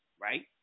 right